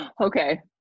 Okay